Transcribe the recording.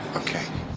ok.